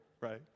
right